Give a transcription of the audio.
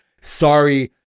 sorry